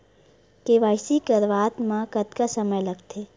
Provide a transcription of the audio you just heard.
KYC करवात म कतका समय लगथे?